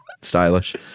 stylish